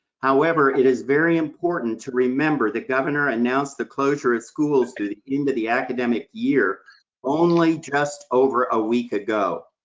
however, it is very important to remember, the governor announced the closure of schools through the end of the academic year only just over a week ago.